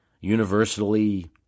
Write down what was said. universally